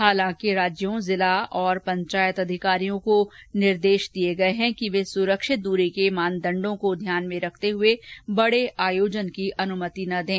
हालांकि राज्यों जिला और पंचायत अधिकारियों को निर्देश दिया गया है कि वे सुरक्षित दरी के मानदंडों को ध्यान में रखते हुए बड़े आयोजन की अनुमति न दें